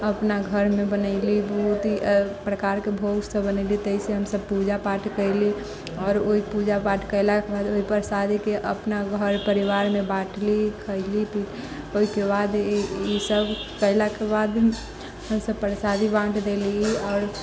अपना घरमे बनैलीह बहुते प्रकारके भोग सब बनैलीह ताहि से हम सभ पूजा पाठ कैलीह आओर ओ पूजा पाठ कयलाके बाद ओहि प्रसादिके अपना घर परिवारमे बाँटलीह खएलीह ओहिके बाद ईसभ कयलाके बाद हम सभ प्रसादी बाँट देलीह आओर